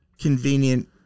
convenient